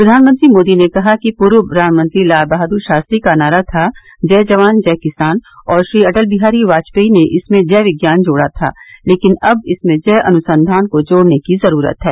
प्रधानमंत्री श्री मोदी ने कहा कि पूर्व प्रधानमंत्री लालबहाद्र शास्त्री का नारा था जय जवान जय किसान और श्री अटल बिहारी वाजपेयी ने इसमें जय विज्ञान जोड़ा था लेकिन अब इसमें जय अनुसंघान को जोड़ने की जरूरत है